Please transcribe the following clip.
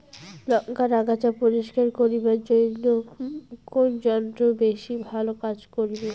লংকার আগাছা পরিস্কার করিবার জইন্যে কুন যন্ত্র বেশি ভালো কাজ করিবে?